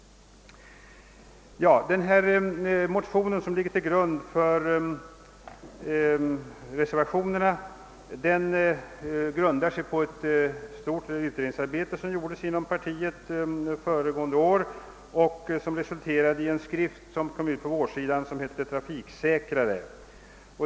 Motionen som ligger till grund för reservationerna grundar sig på ett stort utredningsarbete som gjordes inom partiet förra året och som resulterade i en skrift med titeln »Trafiksäkrare», som kom ut på vårsidan.